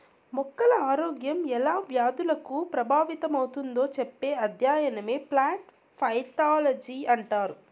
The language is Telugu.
మొక్కల ఆరోగ్యం ఎలా వ్యాధులకు ప్రభావితమవుతుందో చెప్పే అధ్యయనమే ప్లాంట్ పైతాలజీ అంటారు